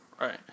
right